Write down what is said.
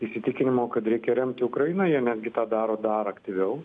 įsitikinimo kad reikia remti ukrainą jie netgi tą daro dar aktyviau